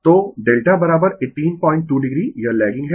तो Delta 182 o यह lagging है